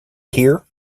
here